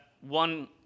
one